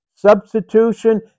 substitution